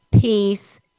peace